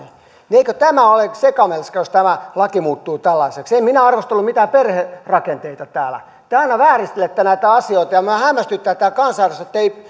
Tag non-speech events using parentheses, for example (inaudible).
eikö tämä ole sekamelska jos tämä laki muuttuu tällaiseksi en minä arvostellut mitään perherakenteita täällä täällä vääristelette näitä asioita ja minua hämmästyttää että kansanedustajat eivät (unintelligible)